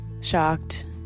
shocked